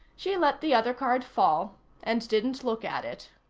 she let the other card fall and didn't look at it.